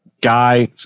guy